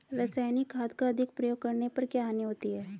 रासायनिक खाद का अधिक प्रयोग करने पर क्या हानि होती है?